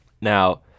Now